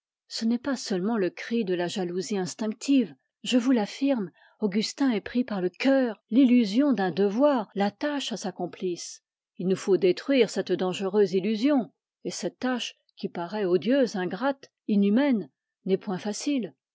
ce n'est pas seulement le cri de la jalousie instinctive je vous l'affirme augustin est pris par le cœur l'illusion d'un devoir l'attache à sa complice il nous faut détruire cette dangereuse illusion et cette œuvre n'est point facile